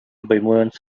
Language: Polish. obejmując